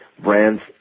Brands